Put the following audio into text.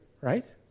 right